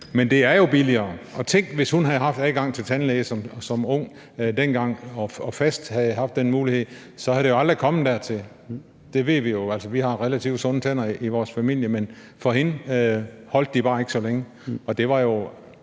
Men det er jo billigere. Tænk, hvis hun som ung havde haft adgang til tandlæge dengang og fast havde haft den mulighed, var det jo aldrig kommet dertil. Det ved vi jo. Vi har relativt sunde tænder i vores familie, men for hendes vedkommende holdt de bare ikke så længe. Hun var flov